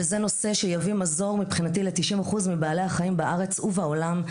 וזה נושא שיביא מזור מבחינתי ל-90% מבעלי החיים בארץ ובעולם,